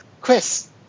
Chris